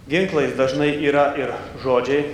ginklais dažnai yra ir žodžiai